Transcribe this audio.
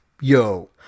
Yo